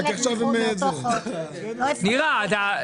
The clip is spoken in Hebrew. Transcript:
רק עכשיו הם --- אנחנו מחדדים.